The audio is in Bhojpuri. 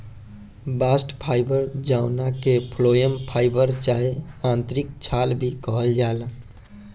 बास्ट फाइबर जवना के फ्लोएम फाइबर चाहे आंतरिक छाल भी कहल जाला